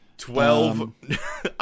Twelve